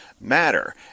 matter